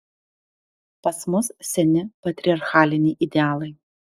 pas mus seni patriarchaliniai idealai